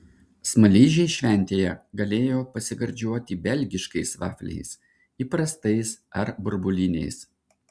smaližiai šventėje galėjo pasigardžiuoti belgiškais vafliais įprastais ar burbuliniais